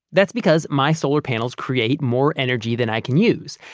that's because my solar panels create more energy than i can use.